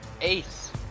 Ace